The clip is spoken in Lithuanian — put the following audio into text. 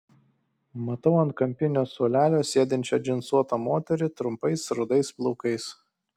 matau ant kampinio suolelio sėdinčią džinsuotą moterį trumpais rudais plaukais